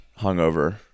hungover